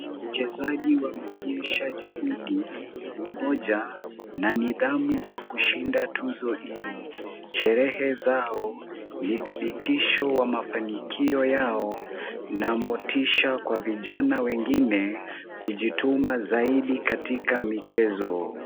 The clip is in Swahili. Mchezaji wameonyesha juhudi, umoja na nidhamu kwa kushinda tuzo hii. Sherehe zao ni dhibitisho wa mafanikio yao na motisha kwa vijana wengine kujituma zaidi katika michezo.